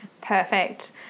Perfect